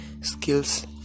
skills